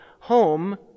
Home